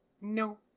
No